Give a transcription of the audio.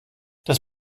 das